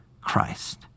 Christ